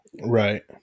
Right